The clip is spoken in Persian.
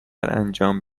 انجام